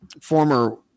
former